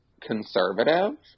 conservative